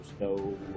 no